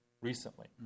recently